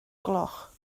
gloch